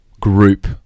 group